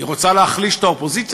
היא רוצה להחליש את האופוזיציה,